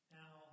now